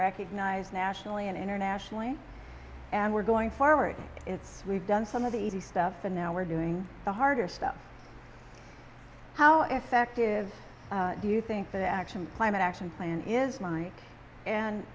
recognised nationally and internationally and we're going forward it's we've done some of the easy stuff and now we're doing the harder stuff how effective do you think the action climate action plan is mine and